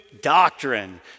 doctrine